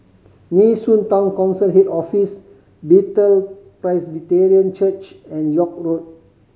Nee Soon Town Council Head Office Bethel Presbyterian Church and York Road